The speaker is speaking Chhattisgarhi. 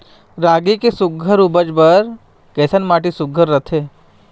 रागी के सुघ्घर उपज बर कैसन माटी सुघ्घर रथे?